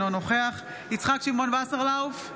אינו נוכח יצחק שמעון וסרלאוף,